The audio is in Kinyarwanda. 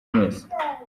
mwese